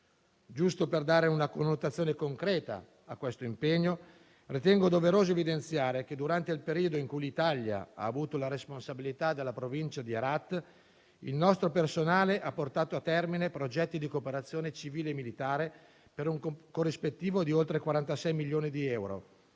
Giusto per dare una connotazione concreta a questo impegno, ritengo doveroso evidenziare che, durante il periodo in cui l'Italia ha avuto la responsabilità della provincia di Herat, il nostro personale ha portato a termine progetti di cooperazione civile e militare, per un corrispettivo di oltre 46 milioni di euro,